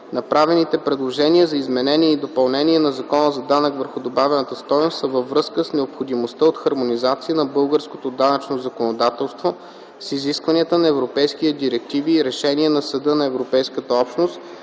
Направените предложения за изменение и допълнение на Закона за данък върху добавената стойност са във връзка с необходимостта от хармонизация на българското данъчно законодателство с изискванията на европейските директиви и решения на Съда на Европейската общност